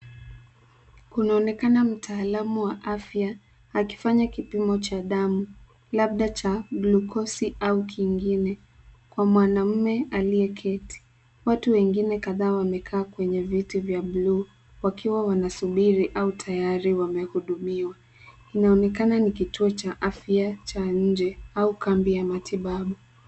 Kunaonekana mtaalamu wa afya akifanya kipimo cha damu labda cha glukosi au kingine kwa mwanaume aliyeketi. Watu wengine kadhaa wamekaa kwenye viti vya buluu wakiwa wanasubiri au tayari wamehudumiwa. Inaonekana ni kituo cha afya cha nje au kambi ya matibabu.